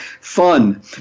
fun